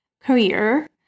career